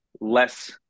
less